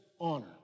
honor